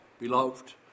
beloved